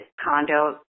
condo